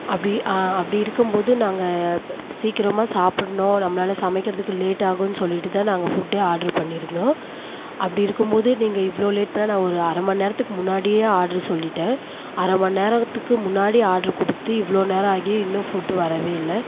அப்படி அப்படி இருக்கும்போது நாங்கள் சீக்கிரமாக சாப்பிட்ணும் நம்மளால சமைக்கிறதுக்கு லேட் ஆகும்ன்னு சொல்லிட்டுதான் நாங்கள் ஃபுட்டே ஆட்ர் பண்ணயிருந்தோம் அப்படி இருக்கும்போது நீங்கள் இவ்வளோ லேட் பண்ணா நான் ஒரு அரை மணிநேரத்துக்கு முன்னாடியே ஆட்ர் சொல்லிட்டேன் அரை மணி நேரத்துக்கு முன்னாடி ஆட்ர் கொடுத்து இவ்வளோ நேரம் ஆகியும் இன்னும் ஃபுட் வரவே இல்லை